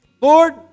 Lord